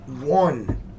one